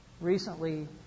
recently